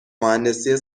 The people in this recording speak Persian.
مهندسی